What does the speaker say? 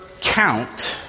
count